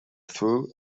through